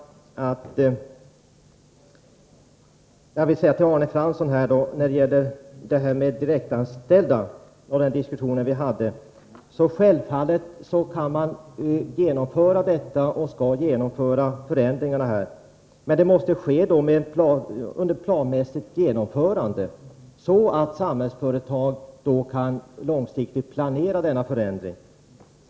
När det gäller de direktanställda, Arne Fransson, skall man självfallet genomföra förändringarna. Men de måste ske planmässigt. Samhällsföretag måste kunna ägna sig åt att planera dessa förändringar.